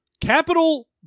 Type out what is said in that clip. capital